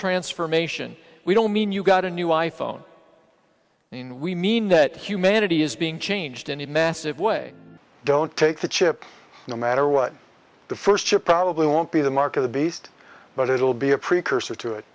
transformation we don't mean you got a new i phone we mean that humanity is being changed in the massive way don't take the chip no matter what the first or probably won't be the mark of the beast but it will be a precursor to it